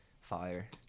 fire